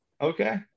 Okay